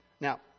Now